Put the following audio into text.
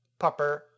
pupper